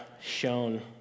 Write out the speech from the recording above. shown